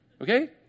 Okay